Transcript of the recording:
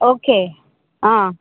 okay